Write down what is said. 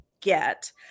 get